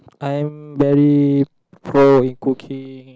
I am very pro in cooking